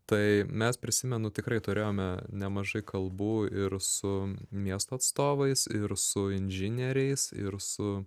tai mes prisimenu tikrai turėjome nemažai kalbų ir su miesto atstovais ir su inžinieriais ir su